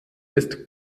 ist